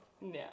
no